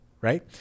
right